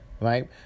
right